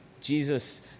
Jesus